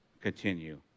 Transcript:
continue